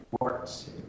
works